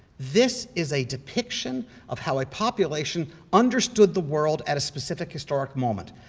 this is a depiction of how a population understood the world at a specific historic moment,